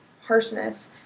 harshness